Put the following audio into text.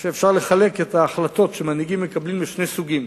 שאפשר לחלק את ההחלטות שמנהיגים מקבלים לשני סוגים: